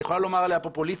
את יכולה לומר עליה פופוליסטית,